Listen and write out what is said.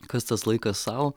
kas tas laikas sau